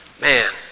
man